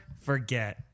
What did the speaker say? forget